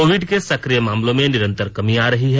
Covid के सक्रिय मामलों में निरन्तर कमी आ रही है